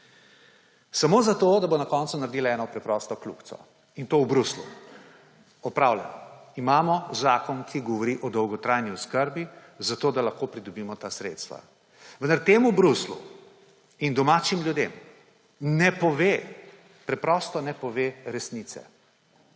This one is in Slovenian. Samo zato, da bo na koncu naredila eno preprosto kljukico, in to v Bruslju, opravljeno, imamo zakon, ki govori o dolgotrajni oskrbi, zato, da lahko pridobimo ta sredstva. Vendar temu Bruslju in domačim ljudem ne pove, preprosto ne pove resnice.